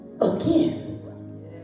again